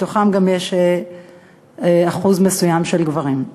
בתוכם גם אחוז מסוים של גברים.